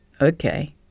Okay